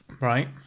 Right